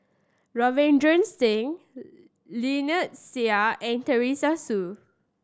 Ravinder Singh Lynnette Seah and Teresa Hsu